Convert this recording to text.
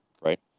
Right